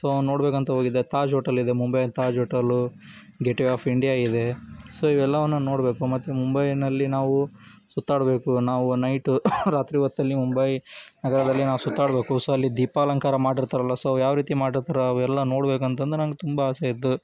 so ನೋಡಬೇಕಂತ ಹೋಗಿದ್ದೆ ತಾಜ್ ಹೋಟೆಲಿದೆ ಮುಂಬೈಯಲ್ಲಿ Taj hotel gateway of India ಇದೆ ಸೊ ಇವೆಲ್ಲವನ್ನೂ ನೋಡಬೇಕು ಮತ್ತು ಮುಂಬೈನಲ್ಲಿ ನಾವು ಸುತ್ತಾಡಬೇಕು ನಾವು ನೈಟು ರಾತ್ರಿ ಹೊತ್ತಲ್ಲಿ ಮುಂಬೈ ನಗರದಲ್ಲಿ ನಾವು ಸುತ್ತಾಡಬೇಕು ಸೊ ಅಲ್ಲಿ ದೀಪಾಲಂಕಾರ ಮಾಡಿರ್ತಾರಲ್ಲ ಸೊ ಯಾವ ರೀತಿ ಮಾಡಿರ್ತಾರೆ ಅವೆಲ್ಲ ನೋಡ್ಬೇಕಂತಂದು ನಂಗೆ ತುಂಬ ಆಸೆ ಇತ್ತು